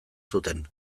zuten